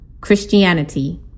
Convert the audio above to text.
Christianity